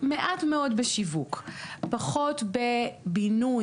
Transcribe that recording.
מעט מאוד בשיווק, פחות בבינוי,